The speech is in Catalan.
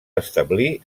establir